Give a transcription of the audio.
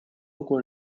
俄国